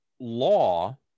law